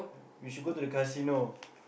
uh we should go to the casino